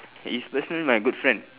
he's personally my good friend